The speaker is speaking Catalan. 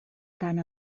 tant